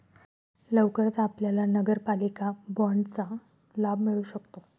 लवकरच आपल्याला नगरपालिका बाँडचा लाभ मिळू शकतो